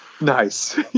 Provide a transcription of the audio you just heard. Nice